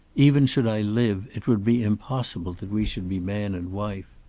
even should i live it would be impossible that we should be man and wife.